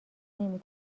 نمی